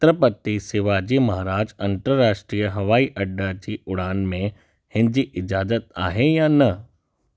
छत्रपति सेवाजी महाराज अंतर्राष्ट्रीय हवाई अॾा जी उड़ान में हिन जी इज़ाजत आहे या न